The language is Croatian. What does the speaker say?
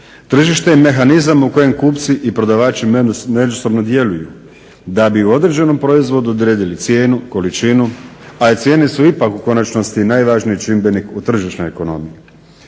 Tržište je mehanizam u kojem kupci i prodavači međusobno djeluju da bi u određenom proizvodu odredili cijenu, količinu, a i cijene su ipak u konačnosti i najvažniji čimbenik u tržišnoj ekonomiji.